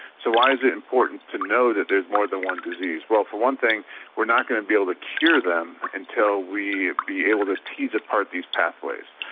so why is it important to know that there's more than one disease? well, for one thing we are not going to be able to cure them until we are able to tease apart these pathways.